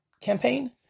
campaign